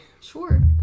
Sure